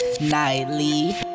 nightly